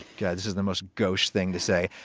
yeah this is the most gauche thing to say.